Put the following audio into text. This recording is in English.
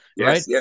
right